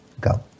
go